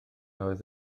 oedd